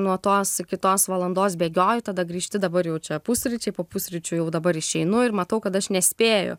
nuo tos kitos valandos bėgioji tada grįžti dabar jau čia pusryčiai po pusryčių jau dabar išeinu ir matau kad aš nespėju